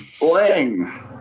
Bling